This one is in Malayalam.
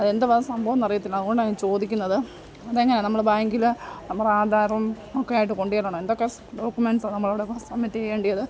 അത് എന്തുവാ സംഭവം എന്ന് അറിയില്ല അതുകൊണ്ടാണ് ഞാൻ ചോദിക്കുന്നത് അത് എങ്ങനെയാണ് നമ്മൾ ബാങ്കിൽ നമ്മുടെ ആധാറും ഒക്കെ ആയിട്ട് കൊണ്ടുചെല്ലണോ എന്തൊക്കെ സ് ഡോക്യുമെൻറ്സ് ആണ് നമ്മൾ അവിടെ സബ്മിറ്റ് ചെയ്യേണ്ടത്